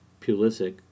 Pulisic